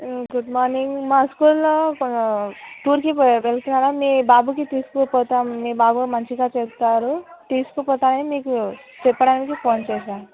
good morning మా స్కూల్లో టూర్కి వెళ్తున్నాం మ్యాడమ్ మీ బాబుకి తీసుకుపోతాం మీ బాబు మంచిగా చేస్తారు తీసుకుపోతాం అని మీకు చెప్పడానికి ఫోన్ చేసాను